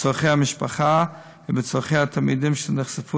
בצורכי המשפחה ובצורכי התלמידים שנחשפו